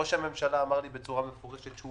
ראש הממשלה אמר לי בצורה מפורשת שהוא